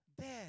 dead